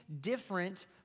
different